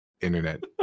internet